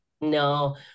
no